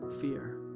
fear